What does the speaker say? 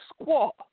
squat